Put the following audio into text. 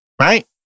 right